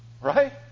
Right